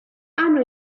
hanno